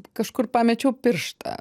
kažkur pamečiau pirštą